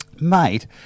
Mate